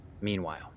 Meanwhile